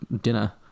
dinner